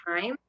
time